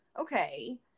okay